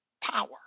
power